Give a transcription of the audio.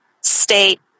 state